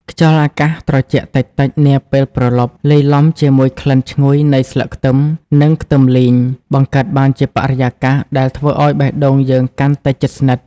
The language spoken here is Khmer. ខ្យល់អាកាសត្រជាក់តិចៗនាពេលព្រលប់ លាយឡំជាមួយក្លិនឈ្ងុយនៃស្លឹកខ្ទឹម និងខ្ទឹមលីង បង្កើតបានជាបរិយាកាសដែលធ្វើឱ្យបេះដូងយើងកាន់តែជិតស្និទ្ធ។